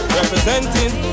representing